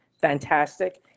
fantastic